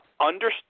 understand